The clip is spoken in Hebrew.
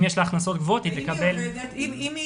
אם יש לה הכנסות גדולות היא תקבל --- אם היא